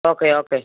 okay okay